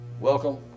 welcome